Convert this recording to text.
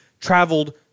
traveled